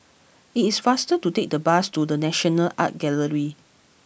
it is faster to take the bus to The National Art Gallery